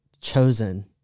chosen